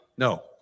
No